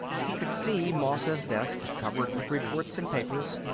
he could see moss's desk, covered with reports and papers.